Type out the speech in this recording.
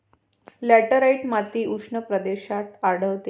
laterite माती उष्ण प्रदेशात आढळते